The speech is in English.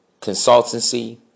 consultancy